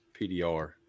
pdr